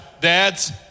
dads